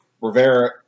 Rivera